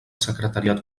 secretariat